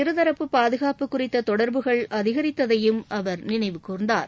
இருதரப்பு பாதுகாப்பு குறித்த தொடர்புகள் அதிகரித்ததையும் அவர் நினைவுகூர்ந்தார்